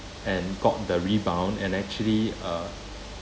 and got the rebound and actually uh